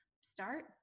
start